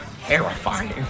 terrifying